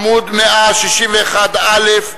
עמוד 161א',